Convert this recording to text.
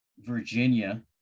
Virginia